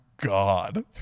God